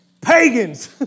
pagans